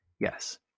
yes